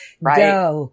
Right